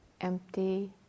empty